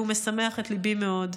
והוא משמח את ליבי מאוד.